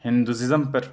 Hinduism پر